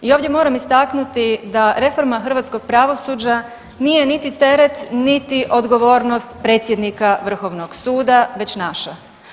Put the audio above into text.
I ovdje moram istaknuti da reforma hrvatskog pravosuđa nije niti teret, niti odgovornost predsjednika Vrhovnog suda već naša.